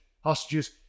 hostages